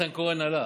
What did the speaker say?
ניסנקורן עלה